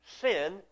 Sin